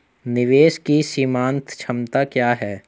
निवेश की सीमांत क्षमता क्या है?